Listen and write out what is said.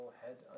head